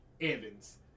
Evans